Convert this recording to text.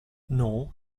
non